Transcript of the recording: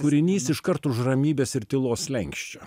kūrinys iškart už ramybės ir tylos slenksčio